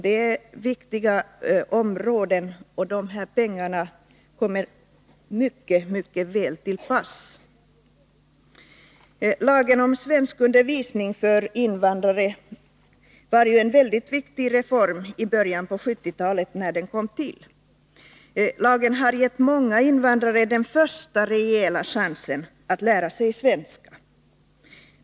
Det är viktiga områden, och dessa pengar kommer mycket väl till pass. Lagen om svenskundervisning för invandrare var en mycket viktig reform i början av 1970-talet, när den kom till. Lagen har gett många invandrare den första rejäla chansen att lära sig svenska.